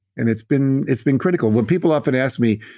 and it's been it's been critical. when people often ask me,